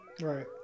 Right